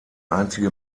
einzige